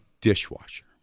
dishwasher